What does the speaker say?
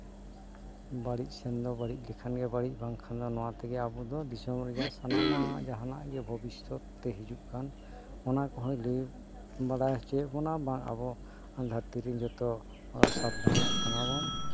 ᱵᱟᱹᱲᱤᱡ ᱥᱮᱱ ᱫᱚ ᱵᱟᱹᱲᱤᱡ ᱞᱮᱠᱷᱟᱱ ᱜᱮ ᱵᱟᱹᱲᱤᱡ ᱵᱟᱝᱠᱷᱟᱱ ᱫᱚ ᱱᱚᱣᱟ ᱛᱮᱜᱮ ᱟᱵᱚᱫᱚ ᱫᱤᱥᱚᱢ ᱨᱮᱭᱟᱜ ᱥᱟᱱᱟᱢᱟᱜ ᱡᱟᱦᱟᱱᱟᱜ ᱜᱮ ᱵᱷᱚᱵᱤᱥᱥᱚᱛ ᱨᱮ ᱦᱤᱡᱩᱜ ᱠᱟᱱ ᱚᱱᱟ ᱠᱚᱦᱚᱭ ᱞᱟᱹᱭ ᱵᱟᱲᱟᱭ ᱦᱚᱪᱚᱭᱮᱫ ᱵᱚᱱᱟ ᱵᱟᱝ ᱟᱵᱚ ᱫᱷᱟᱹᱨᱛᱤ ᱨᱮ ᱡᱚᱛᱚ ᱥᱟᱵ ᱫᱷᱟᱱᱚᱜ ᱠᱟᱱᱟᱵᱚᱱ